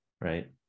right